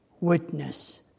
witness